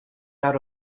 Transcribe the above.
out